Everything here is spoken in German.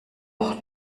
auch